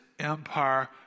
empire